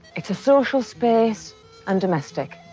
it's a social space and domestic.